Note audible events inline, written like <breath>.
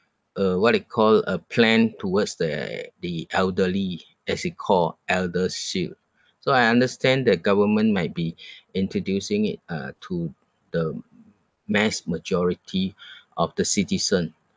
uh what you call a plan towards the the elderly as it call eldershield so I understand the government might be <breath> introducing it uh to the mass majority of the citizen